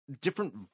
different